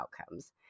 outcomes